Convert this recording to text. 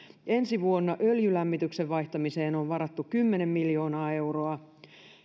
ensi vuonna öljylämmityksen vaihtamiseen on varattu kymmenen miljoonaa euroa